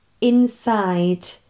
inside